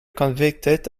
convicted